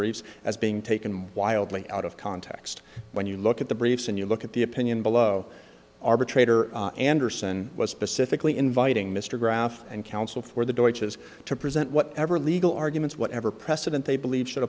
briefs as being taken wildly out of context when you look at the briefs and you look at the opinion below arbitrator anderson was specifically inviting mr graef and counsel for the doj has to present whatever legal arguments whatever precedent they believe should